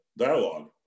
dialogue